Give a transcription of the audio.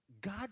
God